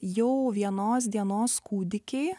jau vienos dienos kūdikiai